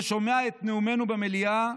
ששומע את נאומינו במליאה,